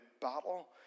battle